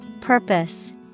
Purpose